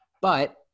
But-